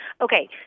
Okay